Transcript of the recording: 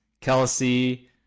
Kelsey